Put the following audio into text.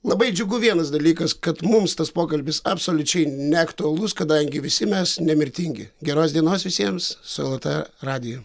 labai džiugu vienas dalykas kad mums tas pokalbis absoliučiai neaktualus kadangi visi mes nemirtingi geros dienos visiems su lrt radiju